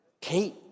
Kate